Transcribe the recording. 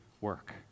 work